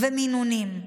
ומינונים.